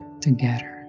together